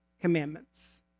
commandments